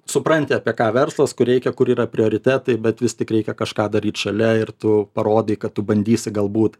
supranti apie ką verslas kur reikia kur yra prioritetai bet vis tik reikia kažką daryt šalia ir tu parodai kad tu bandysi galbūt